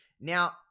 Now